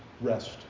rest